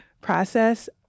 process